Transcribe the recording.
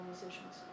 musicians